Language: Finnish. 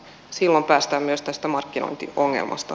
silloin päästään myös tästä markkinointiongelmasta